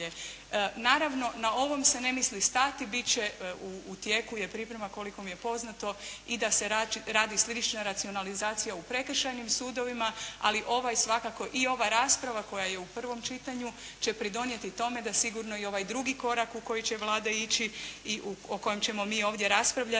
Naravno na ovome se ne misli stati, u tijeku je priprema koliko je poznato i da se radi slična racionalizacija u prekršajnim sudovima, ali ovaj svakako i ova rasprava koja je u prvom čitanju će pridonijeti tome da sigurno i ovaj drugi korak u koji će Vlada ići i o kojem ćemo mi ovdje raspravljati,